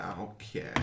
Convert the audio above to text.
okay